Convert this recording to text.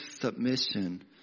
submission